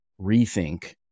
rethink